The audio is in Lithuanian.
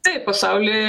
taip pasaulyje